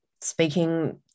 speaking